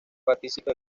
participe